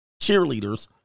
cheerleaders